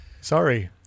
Sorry